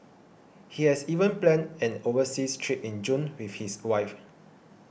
he has even planned an overseas trip in June with his wife